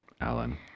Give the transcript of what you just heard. Alan